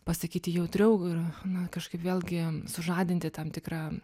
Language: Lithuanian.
pasakyti jautriau ir na kažkaip vėlgi sužadinti tam tikrą